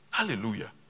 Hallelujah